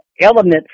elements